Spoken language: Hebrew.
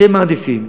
אתם מעדיפים,